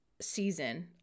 season